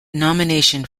nomination